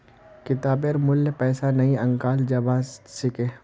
किताबेर मूल्य पैसा नइ आंकाल जबा स ख छ